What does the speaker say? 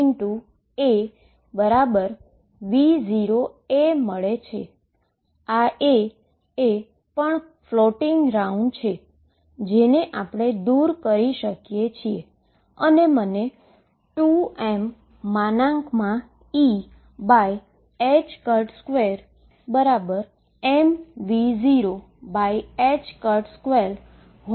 આ A એ પણ ફ્લોટિંગ રાઉન્ડ છે જેને આપણે દુર કરી શકીએ છીએ અને મને 2mE2mV022 મળશે